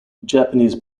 japanese